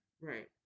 right